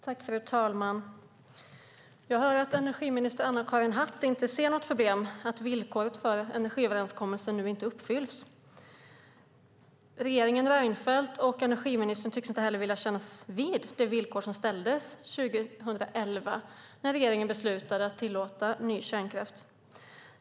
Fru talman! Jag hör att energiminister Anna-Karin Hatt inte ser något problem i att villkoret för energiöverenskommelsen nu inte uppfylls. Regeringen Reinfeldt och energiministern tycks inte heller vilja kännas vid det villkor som ställdes 2011 när regeringen beslutade att tillåta ny kärnkraft.